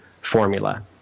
formula